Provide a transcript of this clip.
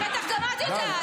בטח גם את יודעת.